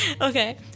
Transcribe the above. Okay